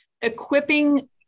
equipping